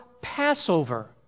Passover